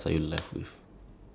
as in like total